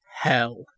hell